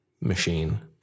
machine